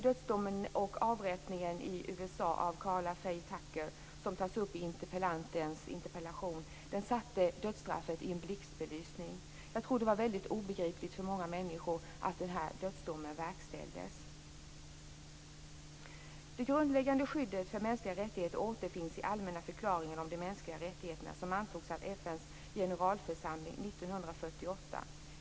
Dödsdomen och avrättningen i USA av Karla Faye Tucker, som tas upp i interpellationen, satte dödsstraffet i en blixtbelysning. Jag tror att det var mycket obegripligt för många människor att den här dödsdomen verkställdes. Det grundläggande skyddet för mänskliga rättigheter återfinns i den allmänna förklaringen om de mänskliga rättigheterna som antogs av FN:s generalförsamling 1948.